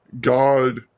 God